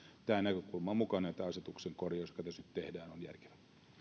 tämä näkökulma on mukana ja että tämä asetuksen korjaus joka tässä nyt tehdään on järkevä